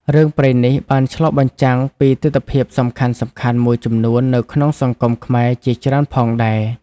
រឿងព្រេងនេះបានឆ្លុះបញ្ចាំងពីទិដ្ឋភាពសំខាន់ៗមួយចំនួននៅក្នុងសង្គមខ្មែរជាច្រើនផងដែរ។